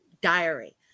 diary